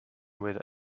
with